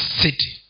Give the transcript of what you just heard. city